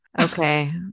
okay